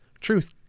Truth